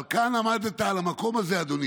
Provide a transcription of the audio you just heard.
אבל כאן עמדת על המקום הזה, אדוני,